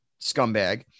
scumbag